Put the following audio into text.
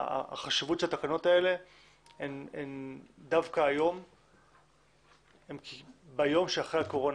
החשיבות של התקנות האלה דווקא היא ביום שאחרי הקורונה.